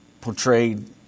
portrayed